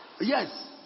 yes